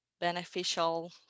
beneficial